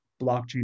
blockchain